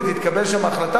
ותתקבל שם החלטה,